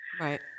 right